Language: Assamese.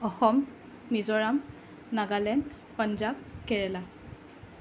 অসম মিজোৰাম নাগালেণ্ড পাঞ্জাৱ কেৰেলা